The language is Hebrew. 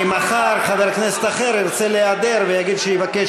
כי מחר חבר כנסת אחר ירצה להיעדר ויבקש